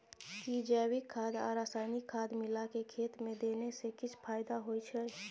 कि जैविक खाद आ रसायनिक खाद मिलाके खेत मे देने से किछ फायदा होय छै?